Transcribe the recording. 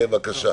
בבקשה.